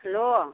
hello